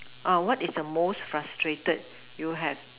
oh what is the most frustrated you have